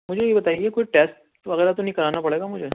مجھے یہ بتائیے کوئی ٹیسٹ وغیرہ تو نہیں کرانا پڑے گا مجھے